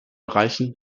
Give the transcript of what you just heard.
erreichen